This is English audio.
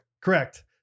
Correct